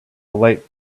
light